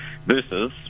versus